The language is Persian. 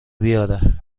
بیاره